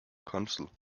council